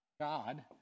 God